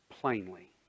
plainly